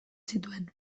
zituen